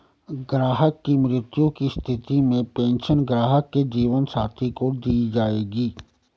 ग्राहक की मृत्यु की स्थिति में पेंशन ग्राहक के जीवन साथी को दी जायेगी